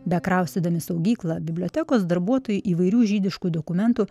bekraustydami saugyklą bibliotekos darbuotojai įvairių žydiškų dokumentų